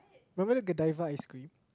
remember the ice cream